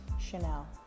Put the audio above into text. Chanel